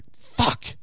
Fuck